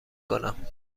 کنم